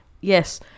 Yes